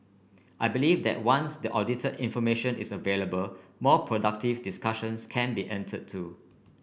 I believe that once the audited information is available more productive discussions can be entered to